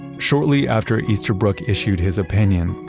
shortly after easterbrook issued his opinion,